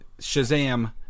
shazam